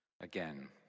again